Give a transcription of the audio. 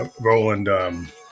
Roland